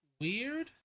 weird